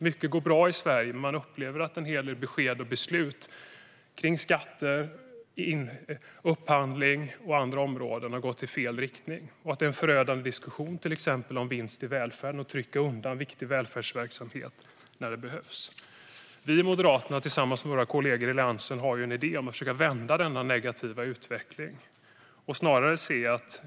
Mycket går bra i Sverige, men man upplever att en hel del besked och beslut gällande skatter och upphandling och på andra områden har gått i fel riktning. Det pågår till exempel en förödande diskussion om vinster i välfärden - om att trycka undan viktig välfärdsverksamhet när den behövs. Vi moderater har tillsammans med våra kollegor i Alliansen en idé om att försöka vända denna negativa utveckling.